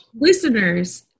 listeners